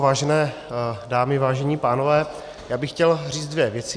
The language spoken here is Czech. Vážené dámy, vážení pánové, já bych chtěl říct dvě věci.